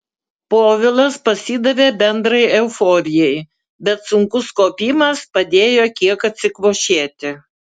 povilas pasidavė bendrai euforijai bet sunkus kopimas padėjo kiek atsikvošėti